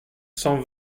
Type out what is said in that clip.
cent